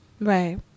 Right